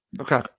Okay